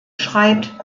schreibt